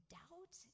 doubt